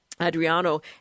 Adriano